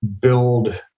build